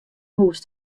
hús